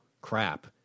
crap